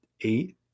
eight